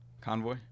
Convoy